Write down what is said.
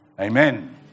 Amen